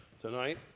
tonight